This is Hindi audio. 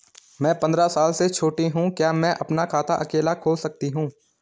मैं पंद्रह साल से छोटी हूँ क्या मैं अपना खाता अकेला खोल सकती हूँ?